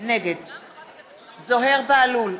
נגד זוהיר בהלול,